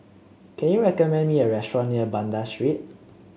can you recommend me a restaurant near Banda Street